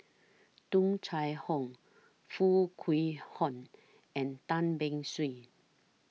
Tung Chye Hong Foo Kwee Horng and Tan Beng Swee